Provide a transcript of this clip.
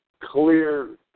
clear